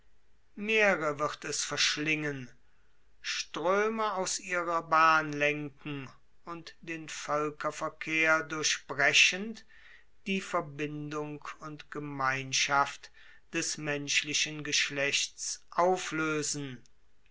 meere wird es verschlingen ströme aus ihrer bahn lenken und den völkerverkehr durchbrechend die verbindung und gemeinschaft des menschlichen geschlechts auflösen